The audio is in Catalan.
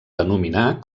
denominar